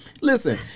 Listen